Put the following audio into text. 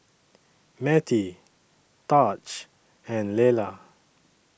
Mettie Taj and Lelar